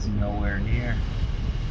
nowhere near.